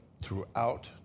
Throughout